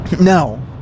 No